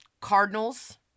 Cardinals